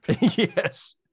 Yes